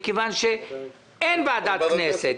מכיוון שאין ועדת כנסת,